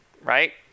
right